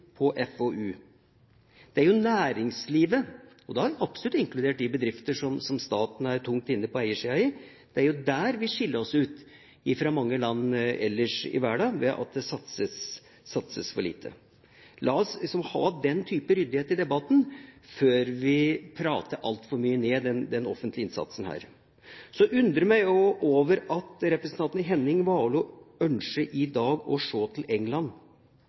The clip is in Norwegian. FoU. Det er jo når det gjelder næringslivet – og da har jeg absolutt inkludert de bedrifter som staten er tungt inne i på eiersiden – at vi skiller oss ut fra mange land ellers i verden ved at det satses for lite. La oss ha den type ryddighet i debatten før vi prater altfor mye ned den offentlige innsatsen her. Så undrer jeg meg jo over at representanten Henning Warloe i dag ønsker å se til England.